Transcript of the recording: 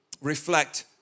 reflect